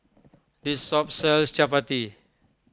this shop sells Chapati